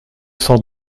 cent